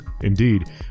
Indeed